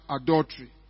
adultery